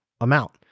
amount